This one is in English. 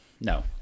no